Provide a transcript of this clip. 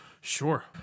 Sure